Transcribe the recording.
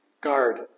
guard